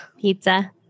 Pizza